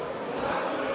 благодаря,